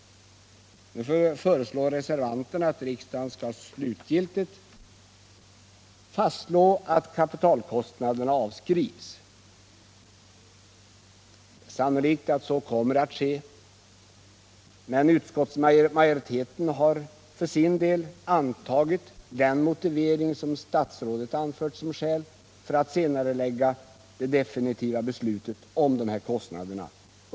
Reservanterna föreslår att riksdagen skall slutligt fastslå att kapitalkostnaderna avskrivs. Det är sannolikt att så kommer att ske, men utskottsmajoriteten har för sin del antagit den motivering som statsrådet anfört som skäl för att senarelägga det definitiva beslutet om dessa kostnader.